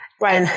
Right